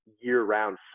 year-round